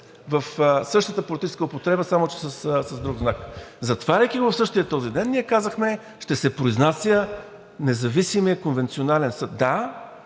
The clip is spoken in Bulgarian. в същата политическа употреба, само че с друг знак. Затваряйки в същия този ден, ние казахме: ще се произнася независимият конвенционален съд. Да,